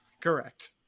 Correct